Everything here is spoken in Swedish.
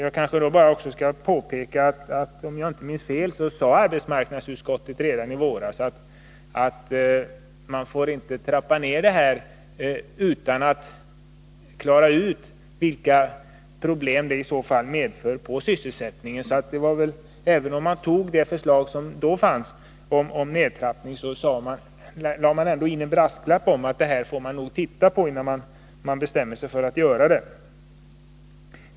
Jag vill också påpeka att arbetsmarknadsutskottet, om jag inte minns fel, redan i våras anförde att man inte får trappa ned detta stöd utan att klara ut vilka problem det i så fall medför för sysselsättningen. Även om riksdagen antog det förslag som då förelåg om nedtrappning, tillfogades ändå en brasklapp om att effekterna måste ses över innan man slutgiltigt bestämmer sig för åtgärderna.